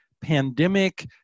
pandemic